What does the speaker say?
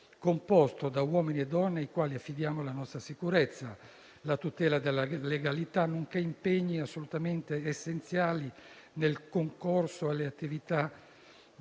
composto da uomini e donne ai quali affidiamo la nostra sicurezza, la tutela della legalità nonché impegni assolutamente essenziali nel concorso alle attività di